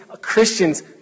Christians